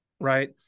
right